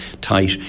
tight